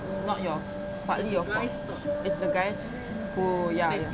not your partly your fault it's the guys who ya ya